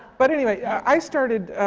but anyway, i started